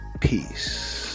Peace